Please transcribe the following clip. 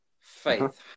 faith